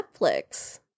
netflix